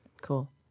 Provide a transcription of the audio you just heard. cool